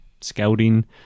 scouting